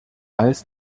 als